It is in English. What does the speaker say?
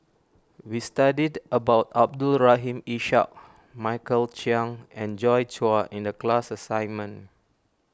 we studied about Abdul Rahim Ishak Michael Chiang and Joi Chua in the class assignment